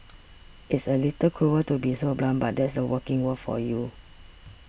it's a little cruel to be so blunt but that's the working world for you